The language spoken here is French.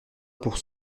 pour